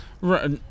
Right